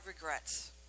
regrets